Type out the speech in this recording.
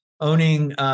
owning